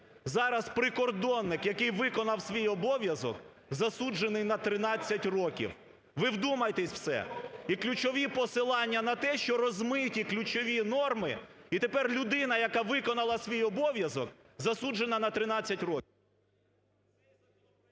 Зараз прикордонник, який виконав свій обов'язок, засуджений на 13 років, ви вдумайтеся в це. І ключові посилання на те, що розмиті ключові норми і тепер людина, яка виконала свій обов'язок, засуджена на 13 років.